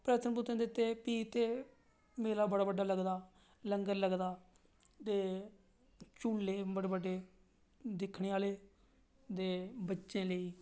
परदक्खना दित्ते ते भी ते मेला बड़ा बड्डा लगदा लंगर लगदा ते झूले बड़े बड्डे दिक्खने आह्ले ते बच्चें लेई